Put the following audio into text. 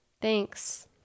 thanks